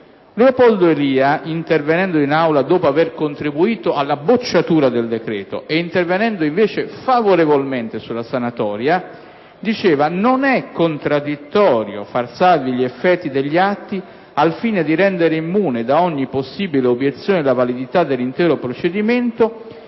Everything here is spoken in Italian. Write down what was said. Leopoldo Elia. Leopoldo Elia, dopo aver contribuito alla bocciatura del decreto, intervenendo in Aula, invece, favorevolmente sulla sanatoria disse che «non è contraddittorio far salvi gli effetti degli atti al fine di rendere immune da ogni possibile obiezione la validità dell'intero procedimento,